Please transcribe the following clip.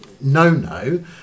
no-no